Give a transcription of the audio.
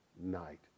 night